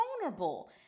vulnerable